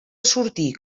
sortir